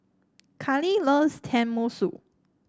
Kali loves Tenmusu